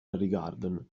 rigardon